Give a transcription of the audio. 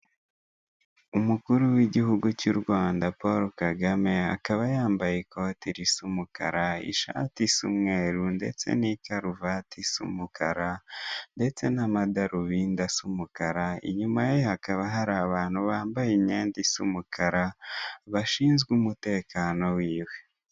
Umukuru w' igihugu cy' u Rwanda Paul Kagame akaba yari yambaye ikote risa umukara ndetse n' ishati isa umweru n'ikaruvati isa umukara ndetse n' amadarubindi asa umukara, inyuma ye hakaba hari abantu bambaye imyenda isa umukara bashinzwe umutekano wiwe.